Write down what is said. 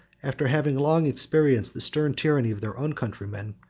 after having long experienced the stern tyranny of their own countrymen,